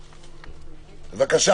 בבקשה.